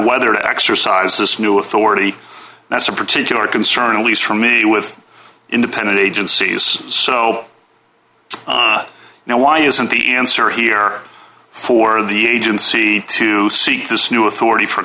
whether to exercise this new authority that's a particular concern at least for me with independent agencies so now why isn't the answer here for the agency to see this new authority for